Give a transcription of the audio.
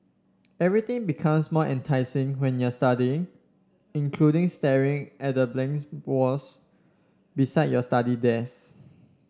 everything becomes more enticing when you're studying including staring at the blank walls beside your study desk